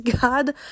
God